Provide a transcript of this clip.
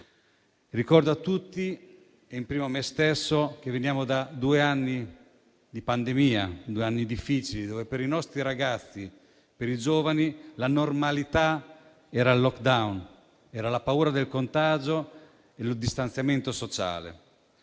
Ricordo a tutti, *in primis* a me stesso, che veniamo da due anni di pandemia, due anni difficili, dove per i nostri ragazzi, per i giovani, la normalità era il *lockdown*, erano la paura del contagio e il distanziamento sociale;